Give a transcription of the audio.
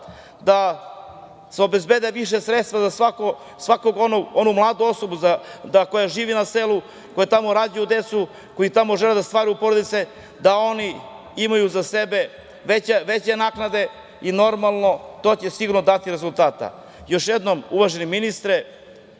da se obezbede veća sredstva za svaku onu mladu osobu koja živi na selu, koji tamo rađaju decu, koji tamo žele da stvaraju porodice, da oni imaju za sebe veće naknade i, normalno, to će sigurno dati rezultata. Još jednom, uvaženi ministre,